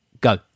go